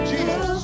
Jesus